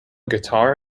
guitar